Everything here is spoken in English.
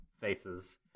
faces